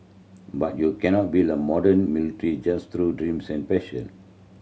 but you cannot build a modern military just through dreams and passion